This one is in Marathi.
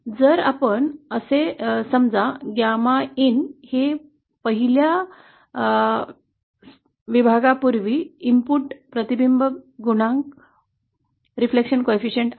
आणि असे समजा गामा इन हे पहिल्या विभागापूर्वी इनपुट प्रतिबिंब सहगुणक आहे